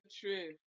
true